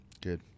Good